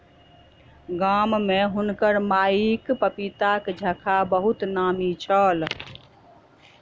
गाम में हुनकर माईक पपीताक झक्खा बहुत नामी छल